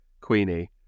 Queenie